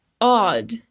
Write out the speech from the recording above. odd